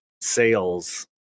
sales